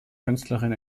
künstlerin